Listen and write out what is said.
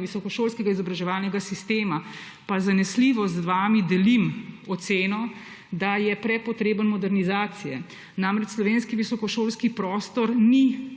visokošolskega izobraževalnega sistema, pa zanesljivo z vami delim oceno, da je prepotreben modernizacije. Namreč slovenski visokošolski prostor ni